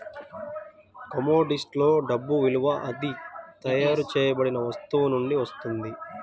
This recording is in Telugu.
కమోడిటీస్ లో డబ్బు విలువ అది తయారు చేయబడిన వస్తువు నుండి వస్తుంది